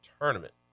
tournament